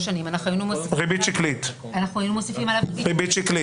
שנים" אנחנו היינו מוסיפים עליו -- ריבית שקלית.